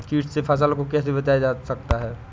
कीट से फसल को कैसे बचाया जाता हैं?